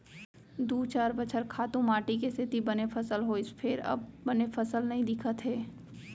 दू चार बछर खातू माटी के सेती बने फसल होइस फेर अब बने फसल नइ दिखत हे